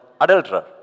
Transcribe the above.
adulterer